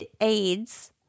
Aids